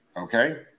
Okay